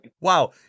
Wow